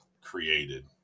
created